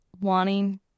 wanting